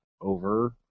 over